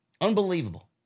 Unbelievable